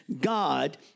God